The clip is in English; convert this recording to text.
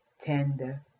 tender